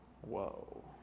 Whoa